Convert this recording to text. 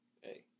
Hey